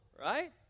right